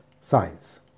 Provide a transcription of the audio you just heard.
science